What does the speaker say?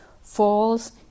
falls